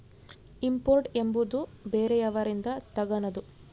import ಎಂಬುವುದು ಬೇರೆಯವರಿಂದ ತಗನದು